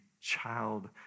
child